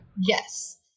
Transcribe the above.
Yes